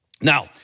Now